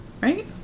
right